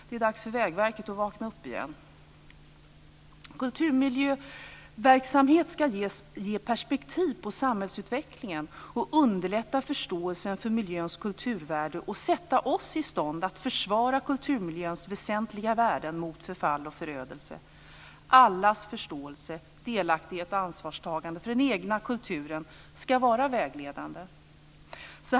Det är dags för Vägverket att vakna igen. Kulturmiljöverksamhet ska ge perspektiv på samhällsutvecklingen, underlätta förståelsen för miljöns kulturvärde och sätta oss i stånd att försvara kulturmiljöns väsentliga värden mot förfall och förödelse. Allas förståelse, delaktighet och ansvarstagande när det gäller den egna kulturen ska vara vägledande.